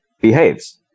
behaves